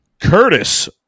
Curtis